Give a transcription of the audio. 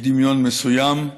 יש דמיון מסוים: